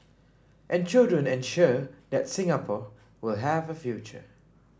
and children ensure that Singapore will have a future